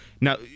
now